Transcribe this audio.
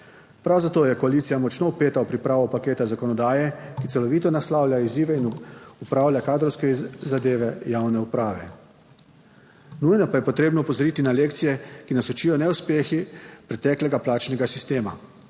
Prav zato je koalicija močno vpeta v pripravo paketa zakonodaje, ki celovito naslavlja izzive in opravlja kadrovske zadeve javne uprave. Nujno pa je potrebno opozoriti na lekcije, ki nas učijo neuspehi preteklega plačnega sistema,